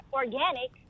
organic